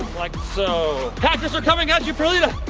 like so. hackers are coming at you, perlita!